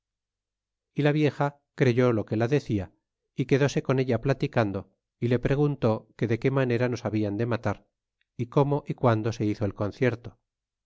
y la vieja creyó lo que la decia y queese con ella platicando y le preguntó que de qué manera nos habian de matar é como cuando se hizo el concierto